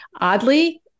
Oddly